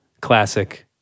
classic